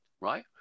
right